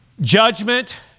Judgment